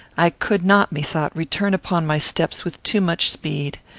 i could not, methought, return upon my steps with too much speed.